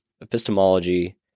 epistemology